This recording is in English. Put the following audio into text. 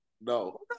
No